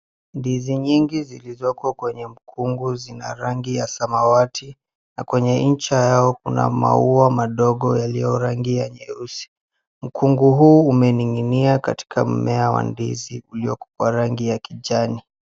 Ndizi nyingi zilizoko kwenye ukungu zina rangi ya samawati na kwenye ncha yao kuna maua madogo yaliyorangi ya nyeusi. Ukungu huu umening'inia kwenye mmea wa ndizi ulioko kwa rangi ya kijani.